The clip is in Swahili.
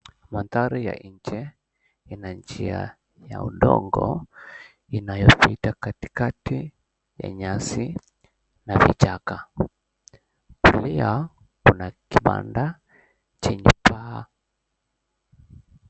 Mandhari ya nje ina njia ya udongo inayopita katikati ya nyasi na vichaka. Pia kuna kibanda chenye paa.